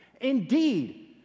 Indeed